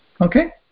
Okay